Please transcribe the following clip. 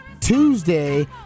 Tuesday